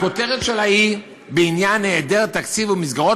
הכותרת שלה היא בעניין היעדר תקציב ומסגרות